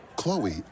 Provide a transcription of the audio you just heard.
Chloe